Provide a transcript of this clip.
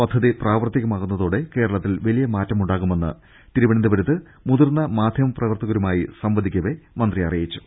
പദ്ധതി പ്രാവർത്തികമാകുന്നതോടെ കേരളത്തിൽ വലിയ മാറ്റമുണ്ടാകുമെന്ന് തിരുവനന്തപുരത്ത് മുതീർന്ന മാധ്യമപ്രവർത്തകരുമായി സംവദി ക്കവേ മന്ത്രി അറിയിച്ചു